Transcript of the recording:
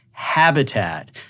habitat